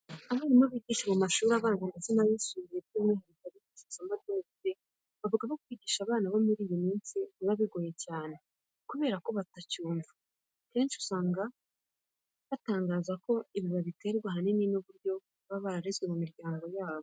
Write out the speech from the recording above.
Abarimu bigisha mu mashuri abanza ndetse n'ayisumbuye by'umwihariko abigisha isomo ry'imibare, bavuga ko kwigisha abana bo muri iyi minsi biba bigoye cyane kubera ko batacyumva. Akenshi usanga batangaza ko ibi babiterwa ahanini n'uburyo baba bararezwe mu miryango yabo.